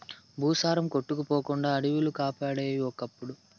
భూసారం కొట్టుకుపోకుండా అడివిలు కాపాడేయి ఒకప్పుడు